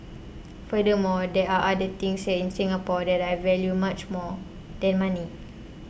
furthermore there are other things in Singapore that I value much more than money